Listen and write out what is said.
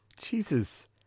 Jesus